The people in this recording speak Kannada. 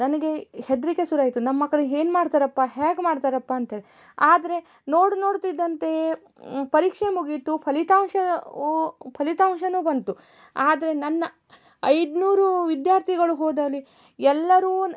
ನನಗೆ ಹೆದರಿಕೆ ಶುರುವಾಯ್ತು ನಮ್ಮ ಮಕ್ಕಳು ಏನ್ ಮಾಡ್ತಾರಪ್ಪ ಹೇಗ್ ಮಾಡ್ತಾರಪ್ಪ ಅಂತೇಳಿ ಆದರೆ ನೋಡು ನೋಡ್ತಿದ್ದಂತೆಯೇ ಪರೀಕ್ಷೆ ಮುಗೀತು ಫಲಿತಾಂಶವೂ ಫಲಿತಾಂಶವೂ ಬಂತು ಆದರೆ ನನ್ನ ಐನೂರು ವಿದ್ಯಾರ್ಥಿಗಳು ಹೋದಲ್ಲಿ ಎಲ್ಲರೂ